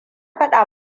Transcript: faɗa